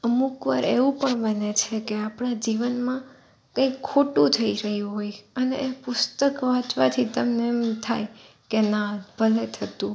અમુકવાર એવું પણ બને છે કે આપણે જીવનમાં કંઈક ખોટું થઇ ગયું હોય અને એ પુસ્તક વાંચવાથી તમને એમ થાય કે ના ભલે થતું